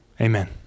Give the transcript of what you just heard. Amen